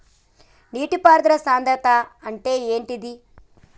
నీటి పారుదల సంద్రతా అంటే ఏంటిది?